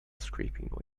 scraping